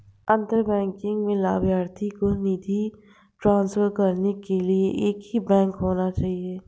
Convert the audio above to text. अंतर बैंक में लभार्थी को निधि ट्रांसफर करने के लिए एक ही बैंक होना चाहिए